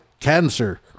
cancer